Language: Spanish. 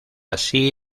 así